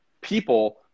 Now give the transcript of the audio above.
people